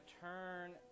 turn